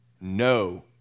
no